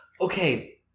Okay